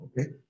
Okay